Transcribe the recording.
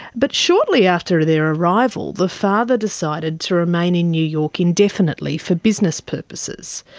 but shortly after their arrival the father decided to remain in new york indefinitely for business purposes.